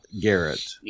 Garrett